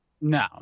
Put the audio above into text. No